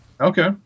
Okay